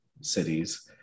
cities